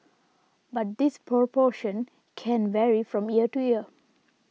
but this proportion can vary from year to year